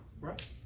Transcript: Right